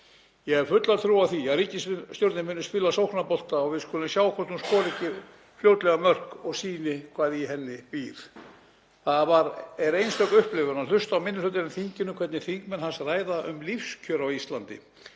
Ég hef fulla trú á því að ríkisstjórnin muni spila sóknarbolta og við skulum sjá hvort hún skori ekki fljótlega mörk og sýni hvað í henni býr. Það var sérstök upplifun að hlusta á minni hlutann í þinginu, hvernig þingmenn hans ræða um lífskjör á Íslandi.